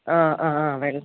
ആ ആ വരും